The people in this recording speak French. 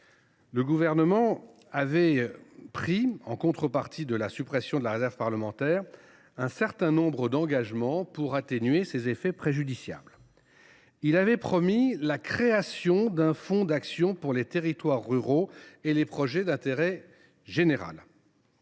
Le gouvernement avait pris, en contrepartie de la suppression de la réserve parlementaire, un certain nombre d’engagements pour atténuer ses effets préjudiciables. Il avait ainsi promis la création d’un « fonds d’action pour les territoires ruraux et les projets d’intérêt général